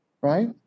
Right